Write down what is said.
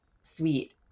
sweet